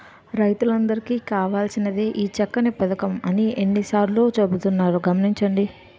రైతులందరికీ కావాల్సినదే ఈ చక్కని పదకం అని ఎన్ని సార్లో చెబుతున్నారు గమనించండి